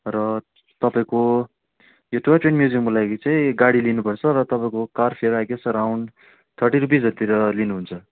र तपाईँको यो टोई ट्रेन म्युजियमको लागि चाहिँ गाडी लिनुपर्छ र तपाईँको car fare I guess around thirty रुपिजहरूतिर लिनुहुन्छ